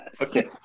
Okay